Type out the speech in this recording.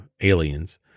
aliens